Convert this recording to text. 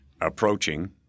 approaching